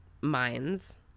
minds